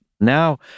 now